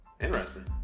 Interesting